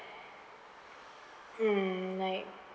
hmm like